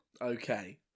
Okay